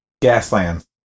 Gasland